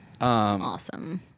Awesome